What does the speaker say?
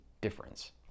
difference